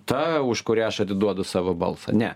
ta už kurią aš atiduodu savo balsą ne